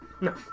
No